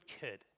kid